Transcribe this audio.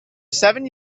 seven